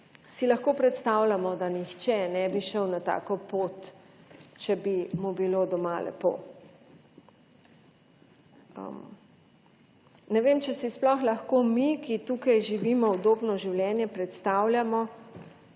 si lahko predstavljamo, da nihče ne bi šel na tako pot, če bi mu bilo doma lepo. Ne vem, če si sploh lahko mi, ki tukaj živimo udobno življenje, predstavljamo,